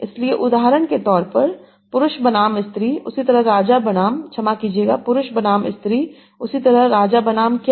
इसलिए उदाहरण के तौर पर पुरुष बनाम स्त्री उसी तरह राजा बनाम क्षमा कीजिएगा पुरुष बनाम स्त्री उसी तरह राजा बनाम क्या